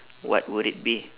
what would it be